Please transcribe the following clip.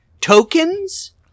tokens